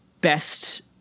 best